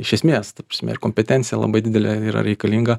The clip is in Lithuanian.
iš esmės ta prasme ar kompetencija labai didelė yra reikalinga